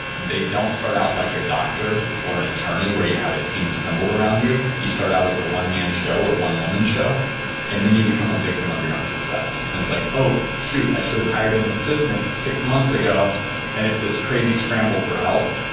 they don't start out like a doctor or an attorney where you have a team assembled around you. you start out as a one-man show or one-woman show and then you become a victim of your own success. it's like, oh shoot, i should've hired an assistant six months ago and it's this crazy scramble for help,